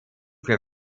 für